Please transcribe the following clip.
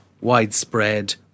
widespread